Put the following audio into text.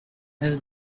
his